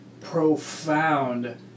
profound